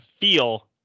feel